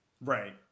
Right